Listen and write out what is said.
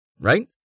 right